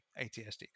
ATSD